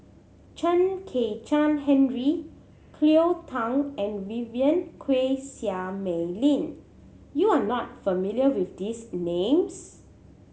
Chen Kezhan Henri Cleo Thang and Vivien Quahe Seah Mei Lin you are not familiar with these names